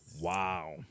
Wow